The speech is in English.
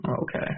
Okay